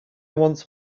want